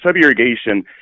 sub-irrigation